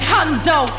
Hundo